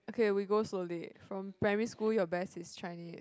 okay we go slowly from primary school your best is Chinese